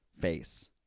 face